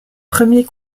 premiers